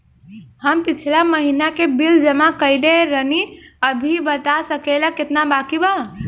हम पिछला महीना में बिल जमा कइले रनि अभी बता सकेला केतना बाकि बा?